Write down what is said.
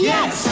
Yes